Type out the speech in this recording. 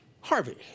Harvey